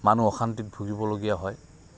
মানুহ অশান্তিত ভূগিবলগীয়া হয়